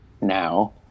now